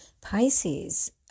Pisces